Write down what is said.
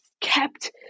kept